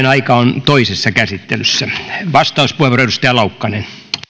aika on toisessa käsittelyssä vastauspuheenvuoro edustaja laukkanen